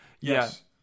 Yes